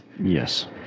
yes